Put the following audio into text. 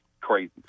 crazy